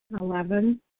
Eleven